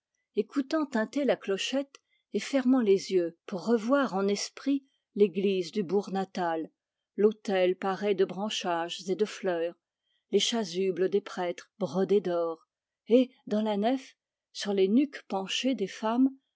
écoutant tinter la clochette et fermant les yeux pour revoir en esprit l'église du bourg natal l'autel paré de branchages et de fleurs les chasubles des prêtres brodées d'or et dans la nef sur les nuques penchées des femmes